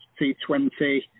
T20